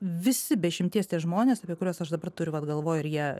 visi be išimties tie žmonės kuriuos aš dabar turiu vat galvoj ir jie